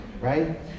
Right